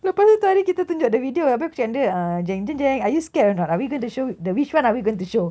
lepas tu tu hari kita tunjuk the video abeh aku cakap dengan dia uh are you scared or not are we going to show the which one are we going to show